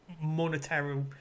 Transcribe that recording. monetary